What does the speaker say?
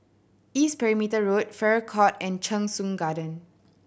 East Perimeter Road Farrer Court and Cheng Soon Garden